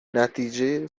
نتیجه